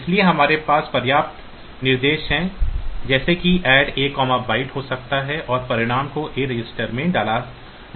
इसलिए हमारे पास पर्याप्त निर्देश जैसे कि ADD A byte हो सकते हैं और परिणाम को A रजिस्टर में डाल सकते हैं